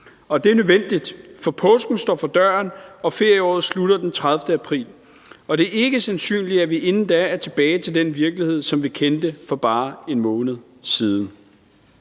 Og det er nødvendigt, for påsken står for døren, og ferieåret slutter den 30. april, og det er ikke sandsynligt, at vi inden da er tilbage til den virkelighed, som vi kendte for bare en måned siden.